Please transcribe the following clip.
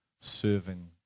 serving